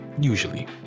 usually